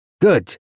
Good